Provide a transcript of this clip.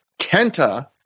KENTA